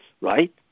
Right